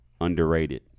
underrated